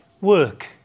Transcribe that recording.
Work